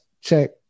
check